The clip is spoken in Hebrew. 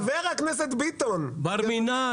בר מינן,